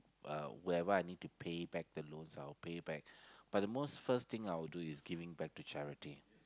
uh wherever I need to pay back the loans I will pay back but the most first thing I will do is giving back to charity